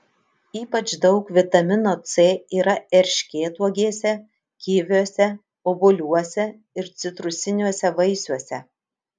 ypač daug vitamino c yra erškėtuogėse kiviuose obuoliuose ir citrusiniuose vaisiuose